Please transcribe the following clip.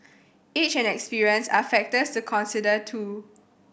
age and experience are factors to consider too